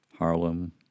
Harlem